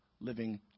living